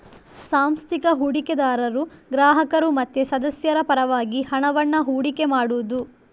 ಸಾಂಸ್ಥಿಕ ಹೂಡಿಕೆದಾರರು ಗ್ರಾಹಕರು ಮತ್ತೆ ಸದಸ್ಯರ ಪರವಾಗಿ ಹಣವನ್ನ ಹೂಡಿಕೆ ಮಾಡುದು